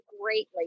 greatly